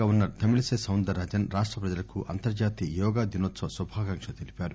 governor Tamilisai Soundararajan రాష్ట ప్రజలకు అంతర్టాతీయ యోగా దినోత్సవ శుభాకాంక్షలు తెలిపారు